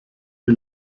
die